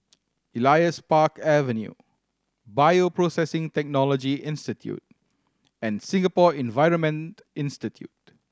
Elias Park Avenue Bioprocessing Technology Institute and Singapore Environment Institute